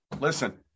listen